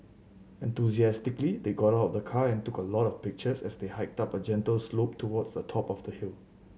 enthusiastically they got out of the car and took a lot of pictures as they hiked up a gentle slope towards the top of the hill